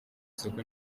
isoko